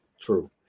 True